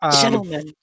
gentlemen